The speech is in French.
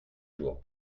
jours